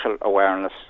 awareness